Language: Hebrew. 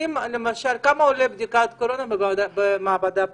כמה עולה בדיקת קורונה במעבדה פרטית?